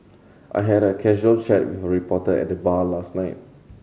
I had a casual chat with a reporter at the bar last night